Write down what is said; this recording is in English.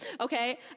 Okay